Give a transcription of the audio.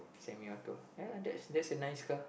semi auto ya that's that's a nice car